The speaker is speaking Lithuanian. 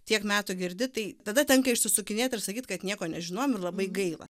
tiek metų girdi tai tada tenka išsisukinėt ir sakyt kad nieko nežinojom ir labai gaila